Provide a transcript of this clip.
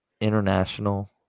International